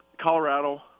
Colorado